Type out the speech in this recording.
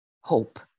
hope